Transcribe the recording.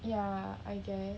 ya I guess